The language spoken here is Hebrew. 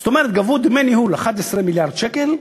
זאת אומרת, גבו דמי ניהול 11 מיליארד שקל,